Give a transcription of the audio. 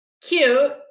cute